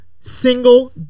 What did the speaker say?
single